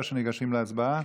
או שניגשים להצבעה?